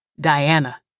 Diana